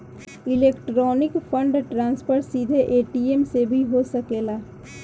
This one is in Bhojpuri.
इलेक्ट्रॉनिक फंड ट्रांसफर सीधे ए.टी.एम से भी हो सकेला